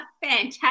Fantastic